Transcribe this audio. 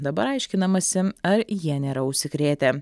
dabar aiškinamasi ar jie nėra užsikrėtę